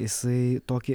jisai tokį